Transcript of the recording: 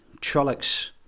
Trollocs